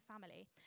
family